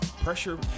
pressure